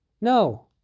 no